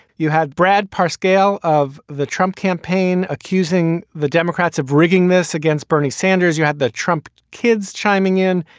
you had brad parr scale of the trump campaign accusing the democrats of rigging this against bernie sanders. you had the trump kids chiming in.